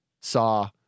saw